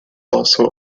also